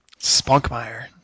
Spunkmeyer